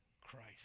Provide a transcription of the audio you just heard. Christ